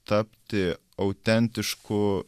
tapti autentišku